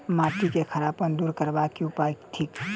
माटि केँ खड़ापन दूर करबाक की उपाय थिक?